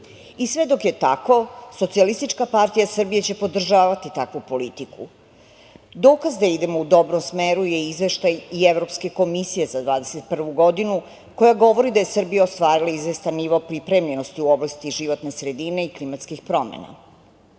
I sve dok je tako, SPS će podržavati takvu politiku. Dokaz da idemo u dobrom smeru je i Izveštaj Evropske komisije za 2021. godinu, koja govori da je Srbija ostvarila izvestan nivo pripremljenosti u oblasti životne sredine i klimatskih promena.